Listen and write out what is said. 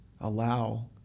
allow